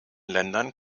ländern